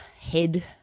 head